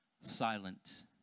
silent